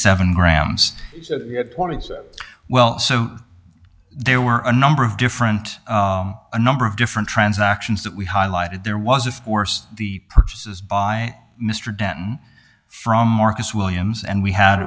seven grams well so there were a number of different a number of different transactions that we highlighted there was of course the purchases by mr denton from marcus williams and we had